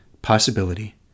possibility